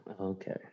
Okay